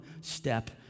step